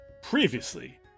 Previously